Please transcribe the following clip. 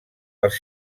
els